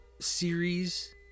series